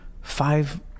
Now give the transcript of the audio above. five